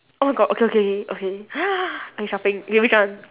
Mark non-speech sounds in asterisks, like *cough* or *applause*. oh my god okay okay okay *noise* okay shopping okay which one